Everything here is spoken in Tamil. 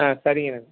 ஆ சரிங்க அண்ணாச்சி